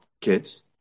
kids